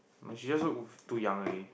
she just look too young already